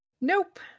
Nope